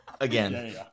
Again